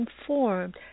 informed